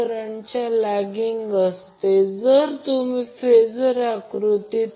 म्हणून जरी ते बॅलन्स दिसत असले तरीही ते फक्त 120° अंतरावर असतील